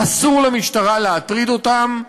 אסור למשטרה להטריד אותם,